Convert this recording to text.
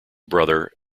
brother